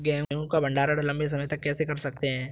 गेहूँ का भण्डारण लंबे समय तक कैसे कर सकते हैं?